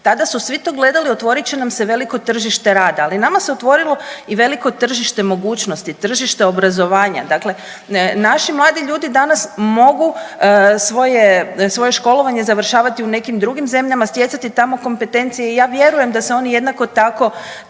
Tada su svi to gledali otvorit će nam se veliko tržište rada, ali nama se otvorilo i veliko tržište mogućnosti, tržište obrazovanja, dakle naši mladi ljudi danas mogu svoje školovanje završavati u nekim drugim zemljama, stjecati tamo kompetencije i ja vjerujem da se oni jednako tako